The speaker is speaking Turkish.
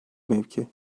mevki